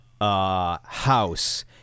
house